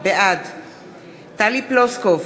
בעד טלי פלוסקוב,